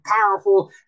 powerful